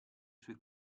suoi